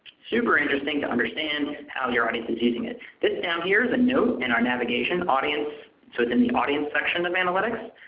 super interesting interesting to understand how your audience is using it. this down here is a note in our navigation audience, so it's in the audience section of analytics,